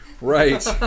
Right